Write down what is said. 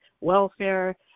welfare